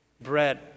bread